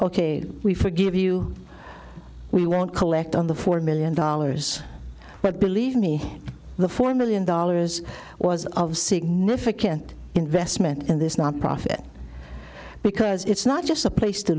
ok we forgive you we won't collect on the four million dollars but believe me the four million dollars was of significant investment in this nonprofit because it's not just a place to